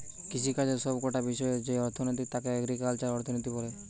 কৃষিকাজের সব কটা বিষয়ের যেই অর্থনীতি তাকে এগ্রিকালচারাল অর্থনীতি বলে